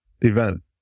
event